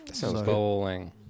Bowling